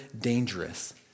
dangerous